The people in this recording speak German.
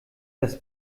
das